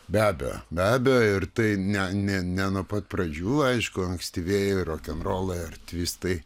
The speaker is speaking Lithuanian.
be abejo be abejo ir tai ne ne ne nuo pat pradžių aišku ankstyvieji rokenrolai ar tvistai